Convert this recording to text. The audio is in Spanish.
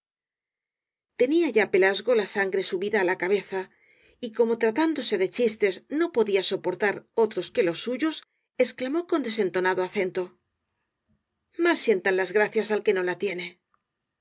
tenía ya pelasgo la sangre subida á la cabeza y como tratándose de chistes no podía soportar otros que los suyos exclamó con desentonado acento mal sientan las gracias al que no la tiene eso